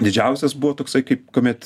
didžiausias buvo toksai kaip kuomet